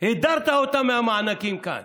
הדרת אותם מהמענקים כאן.